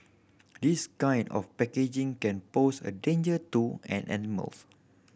this kind of packaging can pose a danger to an animals